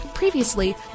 Previously